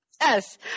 Yes